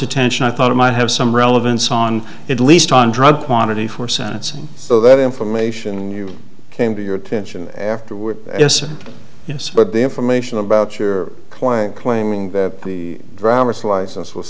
attention i thought it might have some relevance on it least on drug quantity for sentencing so that information came to your attention afterward yes but the information about your client claiming that the driver's license w